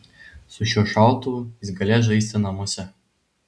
su šiuo šautuvu jis galės žaisti namuose